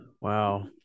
Wow